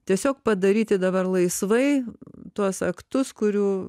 tiesiog padaryti dabar laisvai tuos aktus kurių